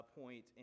point